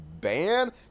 ban